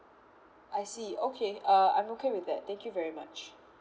I see okay uh I'm okay with that thank you very much